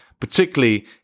particularly